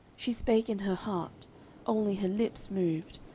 she spake in her heart only her lips moved,